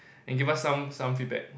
and give us some some feedback